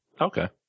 Okay